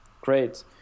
great